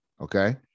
Okay